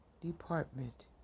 Department